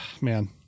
man